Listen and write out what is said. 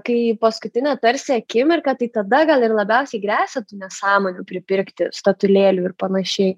kai paskutinę tarsi akimirką tai tada gal ir labiausiai gresia tų nesąmonių pripirkti statulėlių ir panašiai